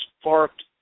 sparked